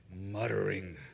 muttering